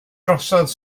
drosodd